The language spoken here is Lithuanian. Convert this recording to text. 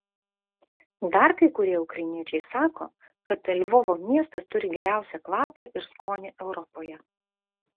dar kai kurie ukrainiečiai sako kad lvovo miestas turi geriausią kvapą ir skonį europoje